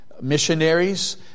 missionaries